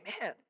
man